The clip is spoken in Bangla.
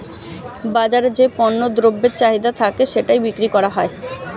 বাজারে যে পণ্য দ্রব্যের চাহিদা থাকে সেটাই বিক্রি করা হয়